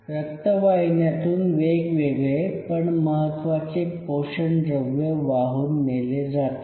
रक्तवाहिन्यांतून वेगवेगळे पण महत्त्वाचे पोषणद्रव्ये वाहून नेले जातात